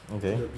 okay